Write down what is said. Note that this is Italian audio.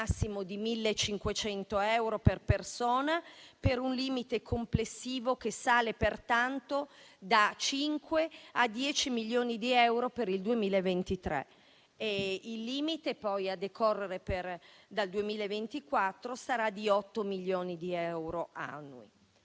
nell'importo massimo di 1.500 euro per persona, per un limite complessivo che sale pertanto da 5 a 10 milioni di euro per il 2023; il limite, a decorrere dal 2024, sarà di 8 milioni di euro annui.